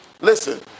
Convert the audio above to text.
Listen